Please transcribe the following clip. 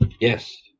yes